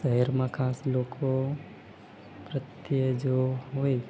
શહેરમાં ખાસ લોકો પ્રત્યે જો હોય